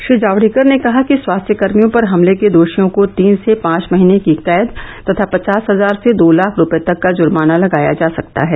श्री जावड़ेकर ने कहा कि स्वास्थ्यकर्मियों पर हमले के दोषियों को तीन से पांच महीने की कैद तथा पचास हजार से दो लाख रुपये तक का जुर्माना लगाया जा सकता है